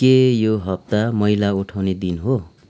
के यो हप्ता मैला उठाउने दिन हो